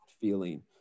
feeling